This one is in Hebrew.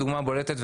הדוגמה הבולטת,